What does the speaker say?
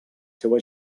seua